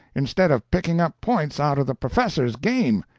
instead of picking up points out of the p'fessor's game.